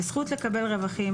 בזכות לקבל רווחים,